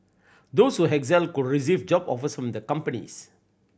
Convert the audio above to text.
those who excel could receive job offers from the companies